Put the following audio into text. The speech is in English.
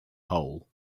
hole